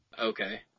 Okay